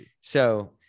So-